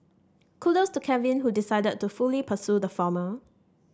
kudos to Kevin who decided to fully pursue the former